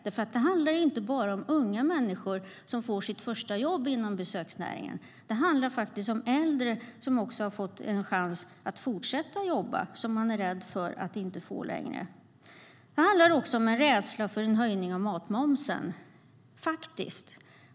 Det handlar inte bara om unga människor som får sitt första jobb inom besöksnäringen utan också om äldre som har fått en chans att fortsätta att jobba men nu är rädda att inte få göra det. Det handlar också om en rädsla för höjning av matmomsen.